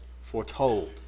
foretold